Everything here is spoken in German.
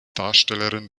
darstellerin